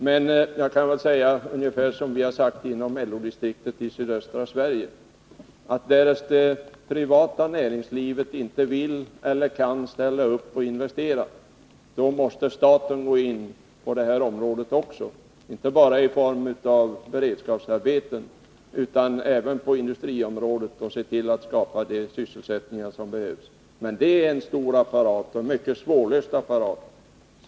Jag kan framhålla — det är ungefär vad vi har sagt inom LO-distriktet i sydöstra Sverige — att därest det privata näringslivet inte vill eller inte kan ställa upp och investera, måste staten gå in också på detta område. Insatserna skall inte bara vara i form av beredskapsarbeten, utan även i form av åtgärder på industriområdet. Man måste se till att de sysselsättningstillfällen som behövs också skapas. Men det är en stor och mycket svårhanterlig apparat.